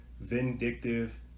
vindictive